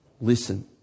listen